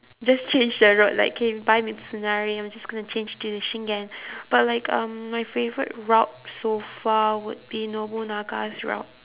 just change the route like okay bye mistunari I'm just gonna change to the shingen but like my favourite route so far would be nobunaga's route